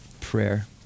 prayer